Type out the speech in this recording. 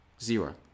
Zero